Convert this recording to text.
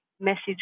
message